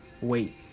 wait